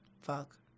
Fuck